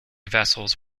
vessels